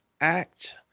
act